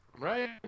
Right